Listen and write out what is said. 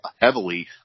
heavily